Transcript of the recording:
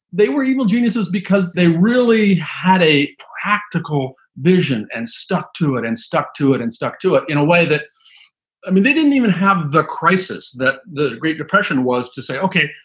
they were evil geniuses because they really had a practical vision and stuck to it and stuck to it and stuck to it in a way that i mean, they didn't even have the crisis that the great depression was to say, ok,